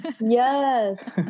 Yes